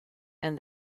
and